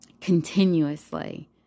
continuously